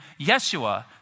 Yeshua